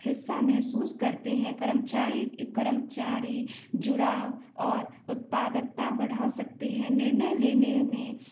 हिस्सा महसूस करते हैं कर्मचारी कर्मचारी जुड़ाव और उत्पादकता बढ़ा सकते हैं निर्णय लेने में